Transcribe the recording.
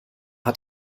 hat